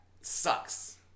sucks